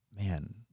man